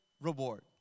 reward